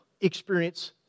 experience